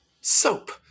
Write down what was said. Soap